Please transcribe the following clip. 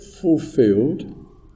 fulfilled